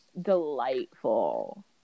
delightful